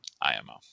imo